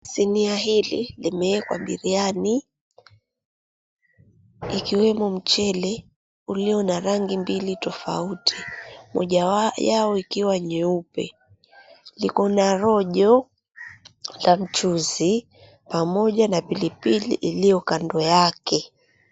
Sinia hili limeekwa biriani ikiwemo mchele ulio na rangi mbili tofauti, moja yao ikiwa nyeupe. Liko na rojo na mchuzi pamoja na pilipili ilio kando yake.